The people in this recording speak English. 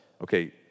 okay